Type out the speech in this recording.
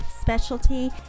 specialty